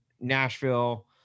Nashville